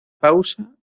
pausa